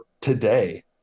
today